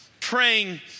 Praying